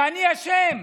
ואני אשם?